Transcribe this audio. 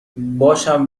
باشم